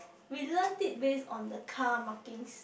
we learnt it based on the car markings